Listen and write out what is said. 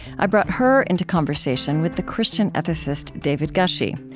i brought her into conversation with the christian ethicist, david gushee.